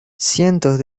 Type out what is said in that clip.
cientos